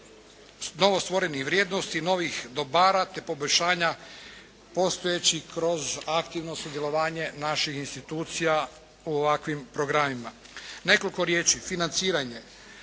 novostvorenih vrijednosti, novih dobara, te poboljšanja postojećih kroz aktivno sudjelovanje naših institucija u ovakvim programima. Nekoliko riječi. Financiranje.